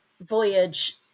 voyage